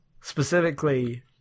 specifically